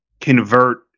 convert